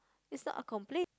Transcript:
is not a complain